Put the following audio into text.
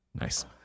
Nice